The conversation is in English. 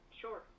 Sure